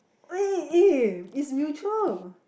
wait eh it's mutual